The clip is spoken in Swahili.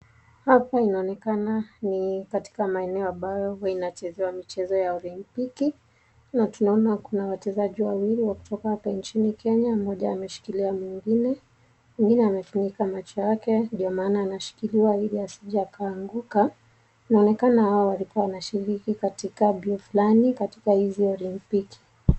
Hapa inaonekana ni katika maeneo ambayo inachezea michezo ya olimpiki na tunaona kuna wachezaji wawili wa kutoka nchini Kenya mmoja ameshikilia mwingine. Mwingine amefunika macho yake ndio maana anashikiliwa ili asije akaanguka. Inaonekana hawa walikuwa wanashikiriki katika mbio fulani katika hizi olimpiki.